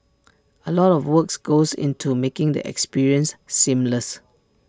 A lot of work goes into making the experience seamless